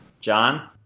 John